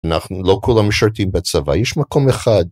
אנחנו לא כולם משרתים בצבא, יש מקום אחד.